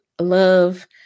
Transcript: Love